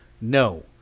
No